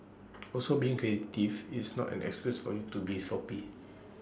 also being creative is not an excuse for you to be sloppy